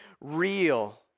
real